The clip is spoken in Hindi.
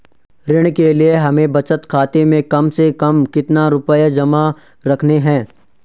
ऋण के लिए हमें बचत खाते में कम से कम कितना रुपये जमा रखने हैं?